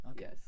yes